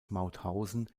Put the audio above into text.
mauthausen